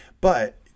But-